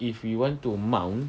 if we want to mount